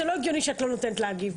זה לא הגיוני שאת לא נותנת להגיב.